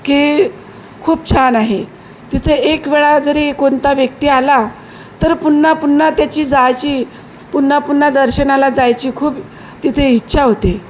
की खूप छान आहे तिथे एक वेळा जरी कोणता व्यक्ती आला तर पुन्हा पुन्हा त्याची जायची पुन्हा पुन्हा दर्शनाला जायची खूप तिथे इच्छा होते